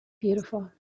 Beautiful